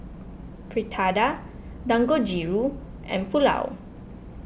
Fritada Dangojiru and Pulao